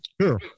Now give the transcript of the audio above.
Sure